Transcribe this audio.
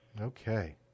okay